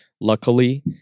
luckily